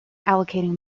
allocating